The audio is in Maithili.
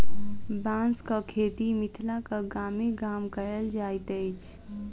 बाँसक खेती मिथिलाक गामे गाम कयल जाइत अछि